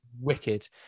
wicked